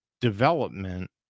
development